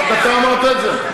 רק אתה אמרת את זה?